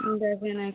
দেখুন একটু